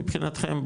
מבחינתכם,